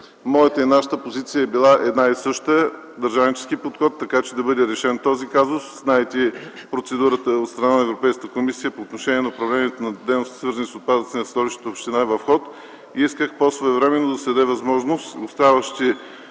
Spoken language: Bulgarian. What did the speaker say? моята и нашата позиция е била една и съща – държавнически подход, така че да бъде решен този казус. Знаете, процедурата от страна на Европейската комисия по отношение на управлението на дейностите, свързани с отпадъците на Столичната община, е в ход. Исках пό своевременно да се даде възможност оставащите